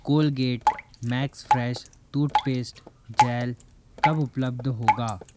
Colgate max fresh toothpaste gel कब उपलब्ध होगा